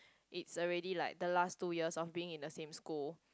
it's already like the last two years of being in the same school